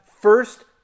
first